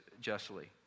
justly